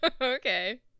Okay